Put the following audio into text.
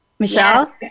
Michelle